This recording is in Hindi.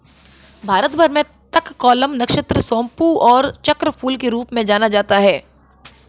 भारत भर में तककोलम, नक्षत्र सोमपू और चक्रफूल के रूप में जाना जाता है